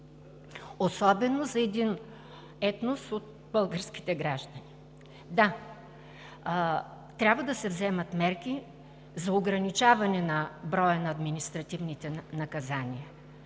особено за един етнос от българските граждани. Да, трябва да се вземат мерки за ограничаване на броя на административните наказания